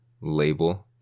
label